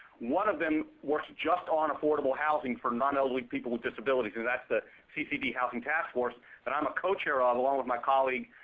one of them works just on affordable housing for non-elderly people with disabilities. and that's the ccd housing task force that i'm a co-chair ah of, along with my colleague,